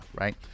Right